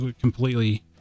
completely